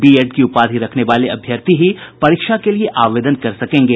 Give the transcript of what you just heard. BEd की उपाधि रखने वाले अभ्यर्थी ही परीक्षा के लिए आवेदन कर सकेंगे